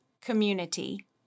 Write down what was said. community